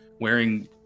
wearing